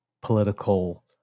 political